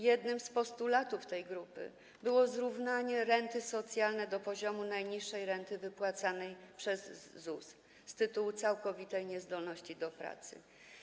Jednym z postulatów tej grupy było zrównanie renty socjalnej z najniższą rentą wypłacaną przez ZUS z tytułu całkowitej niezdolności do pracy.